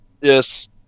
Yes